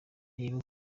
reba